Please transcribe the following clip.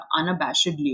unabashedly